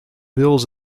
bills